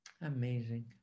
Amazing